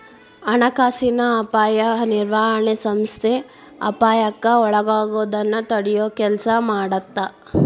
ಹಣಕಾಸಿನ ಅಪಾಯ ನಿರ್ವಹಣೆ ಸಂಸ್ಥೆ ಅಪಾಯಕ್ಕ ಒಳಗಾಗೋದನ್ನ ತಡಿಯೊ ಕೆಲ್ಸ ಮಾಡತ್ತ